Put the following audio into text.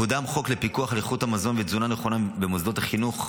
קודם חוק לפיקוח על איכות המזון ותזונה נכונה במוסדות החינוך,